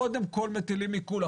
קודם כל מטילים עיקול,